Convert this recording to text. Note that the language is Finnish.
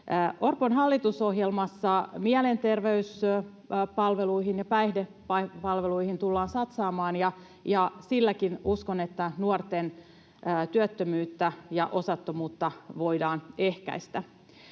Orpon hallitusohjelmassa mielenterveyspalveluihin ja päihdepalveluihin tullaan satsaamaan. Uskon, että nuorten työttömyyttä ja osattomuutta voidaan ehkäistä